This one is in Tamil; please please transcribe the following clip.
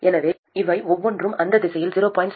எனவே இவை ஒவ்வொன்றும் அந்த திசையில் 0